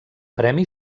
premi